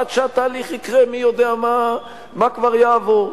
עד שהתהליך יקרה מי יודע מה כבר יעבור.